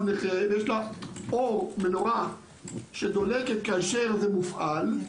נכה ויש לה מנורה שדולקת כאשר זה מופעל,